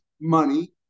money